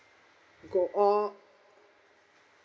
gold all